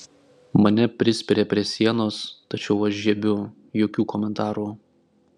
mane prispiria prie sienos tačiau aš žiebiu jokių komentarų